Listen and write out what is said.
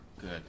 Good